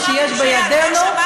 איילת,